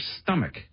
stomach